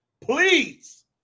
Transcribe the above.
please